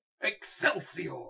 Excelsior